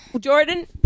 Jordan